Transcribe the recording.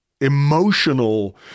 emotional